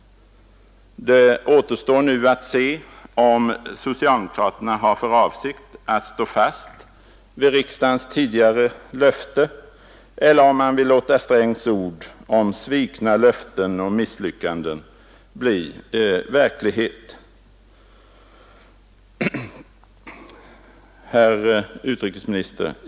Det återstår nu att se om socialdemokraterna har för avsikt att stå fast vid riksdagens tidigare löfte eller om man vill låta herr Strängs ord om svikna löften och misslyckanden bli verklighet. Herr utrikesminister!